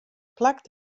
plak